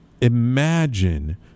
imagine